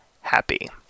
happy